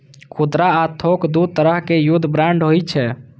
खुदरा आ थोक दू तरहक युद्ध बांड होइ छै